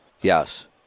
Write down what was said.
Yes